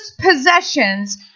possessions